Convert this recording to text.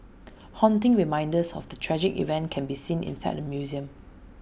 haunting reminders of the tragic event can be seen inside the museum